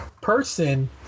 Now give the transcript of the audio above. person